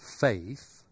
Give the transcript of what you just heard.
faith